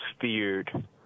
feared